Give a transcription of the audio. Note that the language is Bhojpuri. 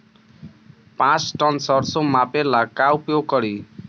पाँच टन सरसो मापे ला का उपयोग करी?